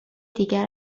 دیگر